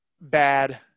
bad